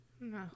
No